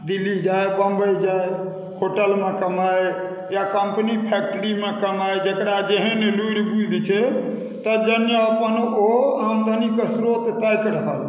दिल्ली जाइ बम्बइ जाइ होटलमे कमाइ या कम्पनी फैक्ट्रीमे कमाइ जेकरा जेहन लुरि बुद्धि छै तत्जन्य अपन ओ आमदनीके श्रोत ताकि रहल हँ